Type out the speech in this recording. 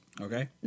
Okay